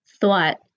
thought